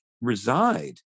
reside